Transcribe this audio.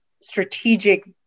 strategic